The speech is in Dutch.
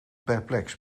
perplex